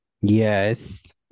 Yes